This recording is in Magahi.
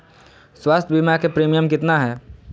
स्वास्थ बीमा के प्रिमियम कितना है?